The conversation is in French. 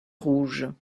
rouges